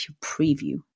preview